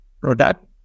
product